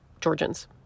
Georgians